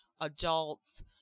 adults